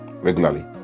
regularly